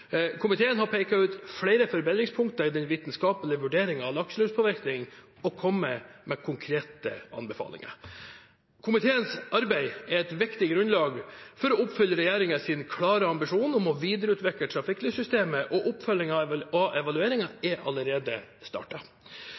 Komiteen har pekt ut flere forbedringspunkter i den vitenskapelige vurderingen av lakseluspåvirkning og kommet med konkrete anbefalinger. Komiteens arbeid er et viktig grunnlag for å oppfylle regjeringens klare ambisjon om å videreutvikle trafikklyssystemet, og oppfølgingen av evalueringen er allerede startet. Styringsgruppen for trafikklyssystemet, som består av